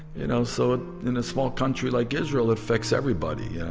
you know, so ah in a small country like israel it affects everybody. yeah